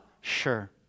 Sure